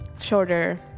Shorter